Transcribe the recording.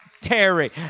Terry